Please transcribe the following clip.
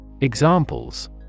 Examples